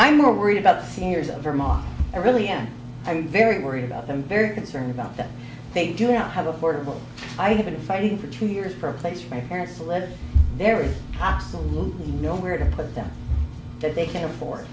i'm more worried about the seniors of vermont i really am i'm very worried about them very concerned about that they do not have affordable i have been fighting for two years for a place for your parents to live there is absolutely nowhere to put them that they can afford